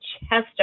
Chester